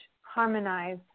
harmonize